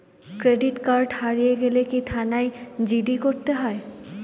Credit card হারিয়ে গেলে কি থানায় জি.ডি করতে হয়?